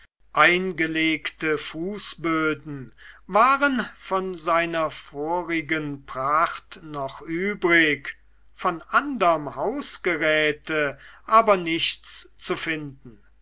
eingelegte fußböden waren von seiner vorigen pracht noch übrig von anderm hausgeräte aber nichts zu finden